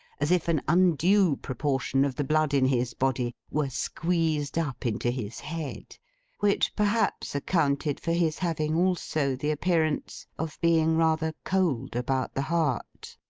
as if an undue proportion of the blood in his body were squeezed up into his head which perhaps accounted for his having also the appearance of being rather cold about the heart.